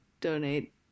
donate